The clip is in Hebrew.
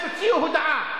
ואז תוציאו הודעה,